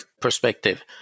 perspective